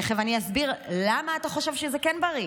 תכף אני אסביר למה אתה חושב שזה כן בריא,